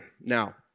Now